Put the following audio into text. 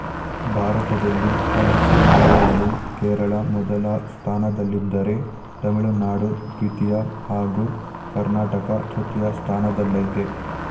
ಭಾರತದಲ್ಲಿ ಹಲಸು ಬೆಳೆಯಲ್ಲಿ ಕೇರಳ ಮೊದಲ ಸ್ಥಾನದಲ್ಲಿದ್ದರೆ ತಮಿಳುನಾಡು ದ್ವಿತೀಯ ಹಾಗೂ ಕರ್ನಾಟಕ ತೃತೀಯ ಸ್ಥಾನದಲ್ಲಯ್ತೆ